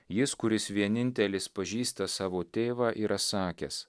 jis kuris vienintelis pažįsta savo tėvą yra sakęs